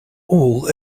all